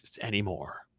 anymore